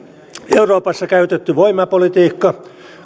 euroopassa käytetty voimapolitiikka